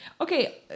Okay